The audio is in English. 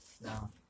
No